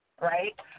Right